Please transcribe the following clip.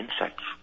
insects